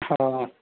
ہاں